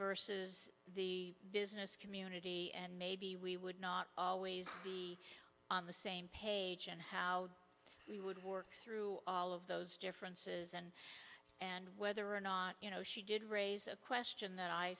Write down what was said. versus the business community and maybe we would not always be on the same page and how we would work through all of those differences and and whether or not you know she did raise a question that i